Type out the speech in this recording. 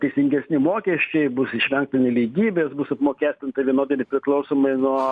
teisingesni mokesčiai bus išvengta nelygybės bus apmokestinta vienodai nepriklausomai nuo